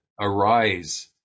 Arise